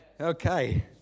Okay